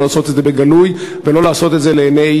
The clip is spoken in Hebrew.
לא לעשות את זה בגלוי ולא לעשות את זה לעיני